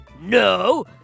No